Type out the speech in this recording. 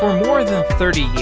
um more than thirty years,